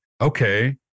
okay